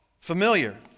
familiar